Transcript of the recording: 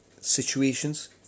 situations